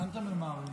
לאן אתם ממהרים?